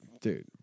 Dude